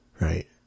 right